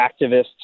activists